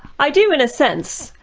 i do in a sense.